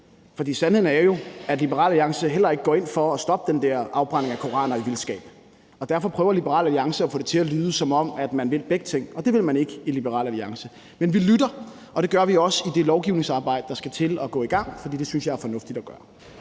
for sandheden er jo, at Liberal Alliance heller ikke går ind for at stoppe den der afbrænding af koraner i vildskab, og derfor prøver Liberal Alliance at få det til at lyde, som om man vil begge ting. Det vil man ikke i Liberal Alliance. Men vi lytter, og det gør vi også i det lovgivningsarbejde, der skal til at gå i gang, for det synes vi er fornuftigt at gøre.